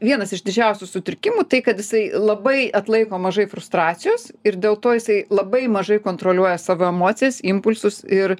vienas iš didžiausių sutrikimų tai kad jisai labai atlaiko mažai frustracijos ir dėl to jisai labai mažai kontroliuoja savo emocijas impulsus ir